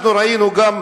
אנחנו ראינו גם,